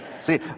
see